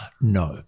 No